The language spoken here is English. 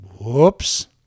Whoops